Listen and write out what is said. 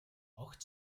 огт